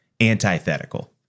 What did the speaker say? antithetical